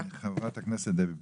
חברת הכנסת דבי ביטון.